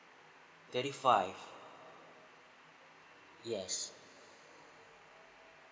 thirty five yes